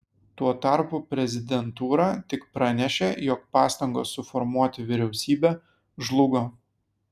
tuo tarpu prezidentūra tik pranešė jog pastangos suformuoti vyriausybę žlugo